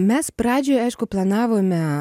mes pradžioj aišku planavome